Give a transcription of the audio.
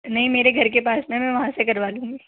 नहीं मेरे घर के पास में है मैं वहाँ से करवा लूँगी